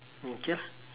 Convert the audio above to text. okay lah